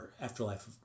Afterlife